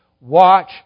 Watch